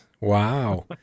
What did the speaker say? Wow